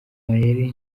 mayeri